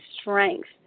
strength